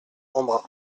embrun